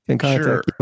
Sure